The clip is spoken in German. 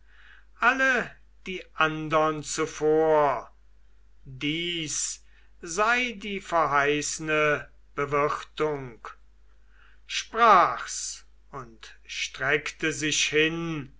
alle die andern zuvor dies sei die verheißne bewirtung sprach's und streckte sich hin